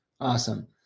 Awesome